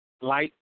light